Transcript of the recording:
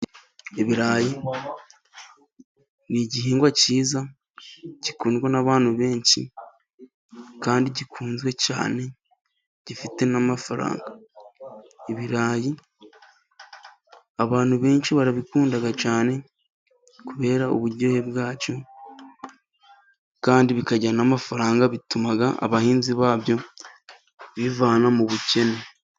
Ibirayi ni igihingwa kiza gikundwa n'abantu benshi kandi gikunzwe cyane gifite n'amafaranga. Ibirayi abantu benshi barabikunda cyane, kubera uburyohe bwabyo kandi bikajyana n'amafaranga. Bitumaga abahinzi babyo bivana mu bukene.